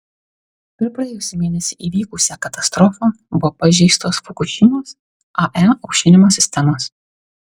per praėjusį mėnesį įvykusią katastrofą buvo pažeistos fukušimos ae aušinimo sistemos